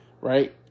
Right